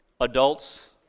adults